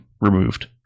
removed